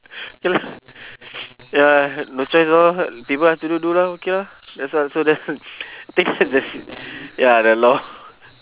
ya ya no choice lor people have to do do lor okay lor that's why so then think that's it ya the lor